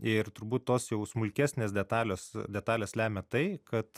ir turbūt tos jau smulkesnės detalės detalės lemia tai kad